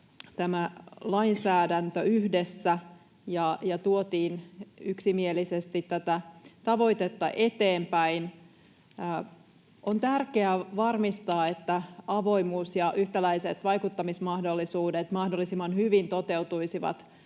tämä lainsäädäntö yhdessä ja tuotiin yksimielisesti tätä tavoitetta eteenpäin. On tärkeää varmistaa, että avoimuus ja yhtäläiset vaikuttamismahdollisuudet mahdollisimman hyvin toteutuisivat.